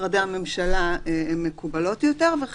משרדי הממשלה הן